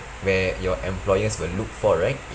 where your employers will look for right